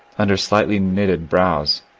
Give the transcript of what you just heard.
under slightly knitted brows,